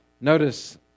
Notice